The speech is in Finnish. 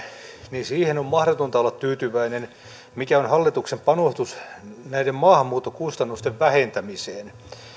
niin siihen on mahdotonta olla tyytyväinen mikä on hallituksen panostus näiden maahanmuuton kustannusten vähentämiseen